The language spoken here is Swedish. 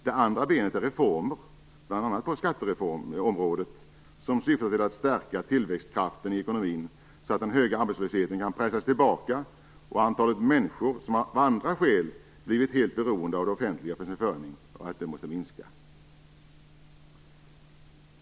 Det andra benet är reformer, bl.a. på skatteområdet, som syftar till att stärka tillväxtkraften i ekonomin så att den höga arbetslösheten kan pressas tillbaka och antalet människor som av andra skäl blivit helt beroende av det offentliga för sin försörjning minskar.